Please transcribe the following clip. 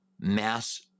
mass